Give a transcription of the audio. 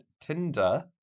tinder